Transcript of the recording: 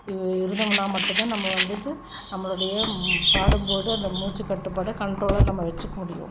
இருந்தோம்னால் மட்டும் தான் நம்ம வந்துட்டு நம்மளுடைய பாடும் போது அந்த மூச்சுக்கட்டுப்பாடை கண்ட்ரோலாக நம்ம வச்சிக்க முடியும்